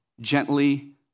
gently